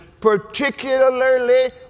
particularly